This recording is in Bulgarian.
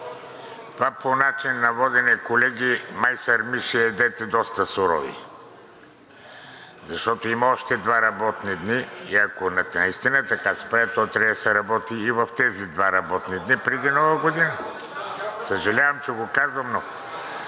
Това, по начина на водене, колеги, май сарми ще ядете доста сурови, защото има още два работни дни и ако наистина така се прави, то трябва да се работи и в тези два работни дни преди Нова година. Съжалявам, че го казвам, но